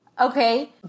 Okay